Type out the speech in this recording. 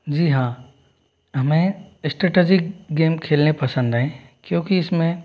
जी हाँ हमे strategic game खेलने पसंद हैं क्योंकि इसमें